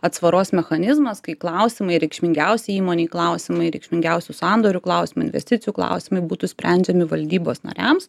atsvaros mechanizmas kai klausimai reikšmingiausi įmonei klausimai reikšmingiausių sandorių klausimai investicijų klausimai būtų sprendžiami valdybos nariams